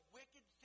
wicked